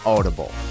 Audible